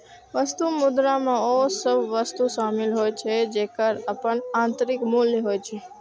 वस्तु मुद्रा मे ओ सभ वस्तु शामिल होइ छै, जेकर अपन आंतरिक मूल्य होइ छै